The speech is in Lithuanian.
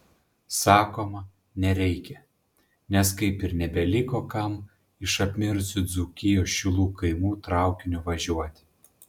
sakoma nereikia nes kaip ir nebeliko kam iš apmirusių dzūkijos šilų kaimų traukiniu važiuoti